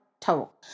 total